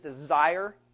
desire